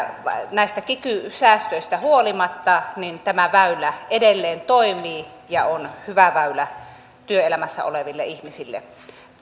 näistä kiky säästöistä huolimatta tämä väylä edelleen toimii ja on hyvä väylä työelämässä oleville ihmisille